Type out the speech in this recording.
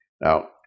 Now